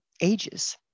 ages